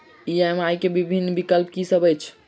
EMI केँ विभिन्न विकल्प की सब अछि